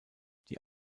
die